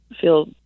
feel